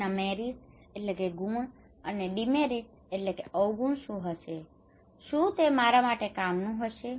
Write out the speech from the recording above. તેના merits merits ગુણ અને ડીમેરીટસ demerits અવગુણ શું હશે શું તે મારા માટે કામનું હશે